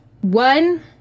one